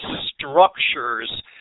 structures